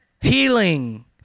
Healing